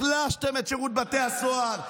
החלשתם את שירות בתי הסוהר,